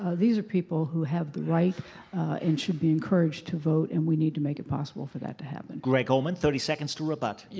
ah these are people who have the right and should be encouraged to vote and we need to make it possible for that to happen. nick greg orman, thirty seconds to rebut. yeah